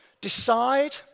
Decide